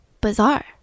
Bizarre